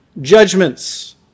judgments